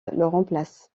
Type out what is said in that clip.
remplace